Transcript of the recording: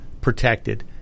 protected